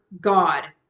God